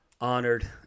honored